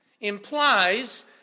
implies